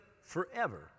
forever